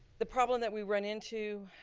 the problem that we ran into,